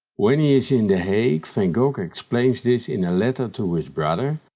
when he is in the hague, van gogh gogh explains this in a letter to his brother,